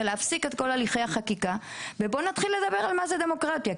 להפסיק את כל הליכי החקיקה ולהתחיל לדבר על מה זו דמוקרטיה.